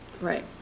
Right